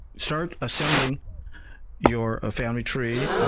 start assembling your ah family tree,